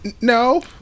no